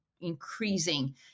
increasing